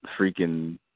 freaking